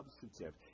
substantive